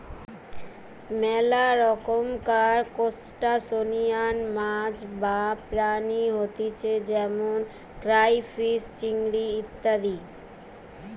মেলা রকমকার ত্রুসটাসিয়ান মাছ বা প্রাণী হতিছে যেমন ক্রাইফিষ, চিংড়ি ইত্যাদি